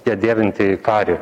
ją dėvintįjį karį